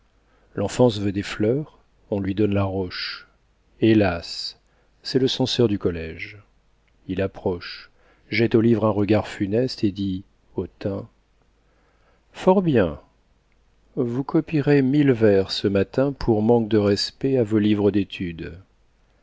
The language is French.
l'enfance veut des fleurs on lui donne la roche hélas c'est le censeur du collège il approche jette au livre un regard funeste et dit hautain fort bien vous copierez mille vers ce matin pour manque de respect à vos livres d'étude